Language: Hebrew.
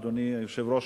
אדוני היושב-ראש,